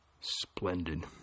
splendid